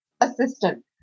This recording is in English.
assistant